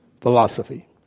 philosophy